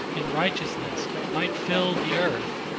and righteousness might fill the earth,